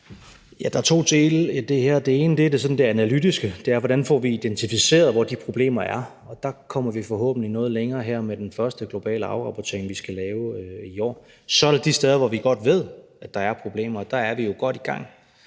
Der er to ting i det her. Der er det sådan analytiske, og det er, hvordan vi får identificeret, hvor de problemer er, og der kommer vi forhåbentlig noget længere her med den første globale afrapportering, vi skal lave i år. Så er der de steder, hvor vi godt ved, at der er problemer, og der er vi jo godt i gang.